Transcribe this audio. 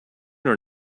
are